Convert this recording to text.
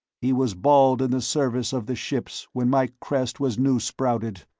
he was bald in the service of the ships when my crest was new-sprouted,